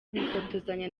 bifotozanya